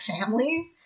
family